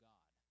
God